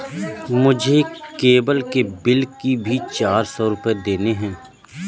मुझे केबल के बिल के भी चार सौ रुपए देने हैं